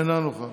אינה נוכחת,